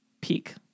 peak